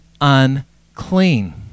unclean